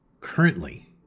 currently